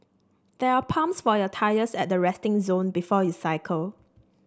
there are pumps for your tyres at the resting zone before you cycle